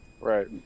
Right